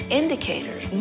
indicators